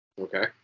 okay